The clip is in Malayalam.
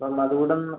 അപ്പോള് അതുകൂടെയൊന്ന്